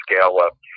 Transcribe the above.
scale-up